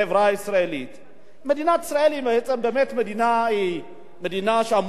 מדינת ישראל היא מדינה שאמורה להיות מדינה נאורה,